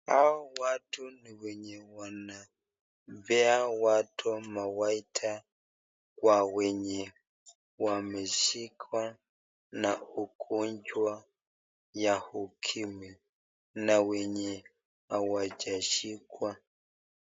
Hawa watu ni wenye wanapeana mawaida kwa wenye wameshikwa na ugonjwa ya ukimwi na wenye hawajashikwa.